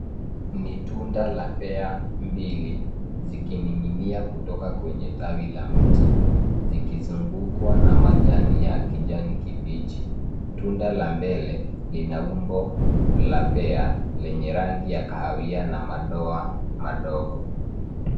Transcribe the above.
Ni tunda la pea mbili zikining'inia kutoka kwenye tawi la mti zikizungukwa na majani ya kijani kibichi. Tunda la mbele lina umbo la pea lenye rangi ya kahawia na madoa madogo.